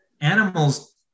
animals